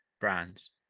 brands